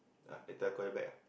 ah later call you back ah